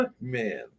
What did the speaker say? Man